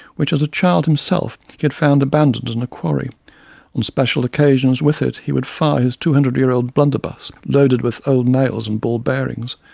which as a child himself he had found abandoned in a quarry. on special occasions with it he would fire his two hundred year old blunderbuss, loaded with old nails and ball bearings,